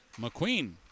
McQueen